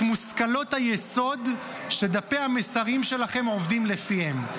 מושכלות היסוד שדפי המסרים שלכם עובדים לפיהן.